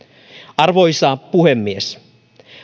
arvoisa puhemies